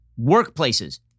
workplaces